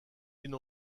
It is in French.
une